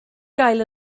gael